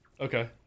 Okay